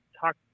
talk